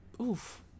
oof